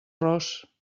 ros